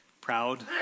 proud